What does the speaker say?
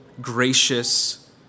gracious